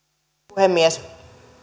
puhemies